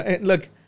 Look